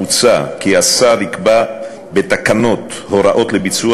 מוצע כי השר יקבע בתקנות הוראות לביצוע